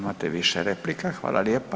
Nemate više replika, hvala lijepo.